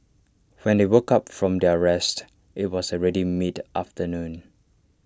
when they woke up from their rest IT was already mid afternoon